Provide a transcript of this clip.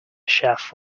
chef